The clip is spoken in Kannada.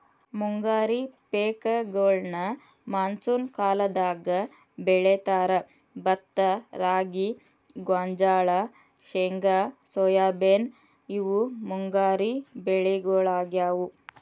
ಮುಂಗಾರಿ ಪೇಕಗೋಳ್ನ ಮಾನ್ಸೂನ್ ಕಾಲದಾಗ ಬೆಳೇತಾರ, ಭತ್ತ ರಾಗಿ, ಗೋಂಜಾಳ, ಶೇಂಗಾ ಸೋಯಾಬೇನ್ ಇವು ಮುಂಗಾರಿ ಬೆಳಿಗೊಳಾಗ್ಯಾವು